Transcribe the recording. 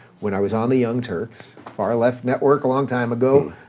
when i was on the young turks, far left network a long time ago,